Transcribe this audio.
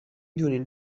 دونین